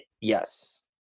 Yes